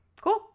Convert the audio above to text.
cool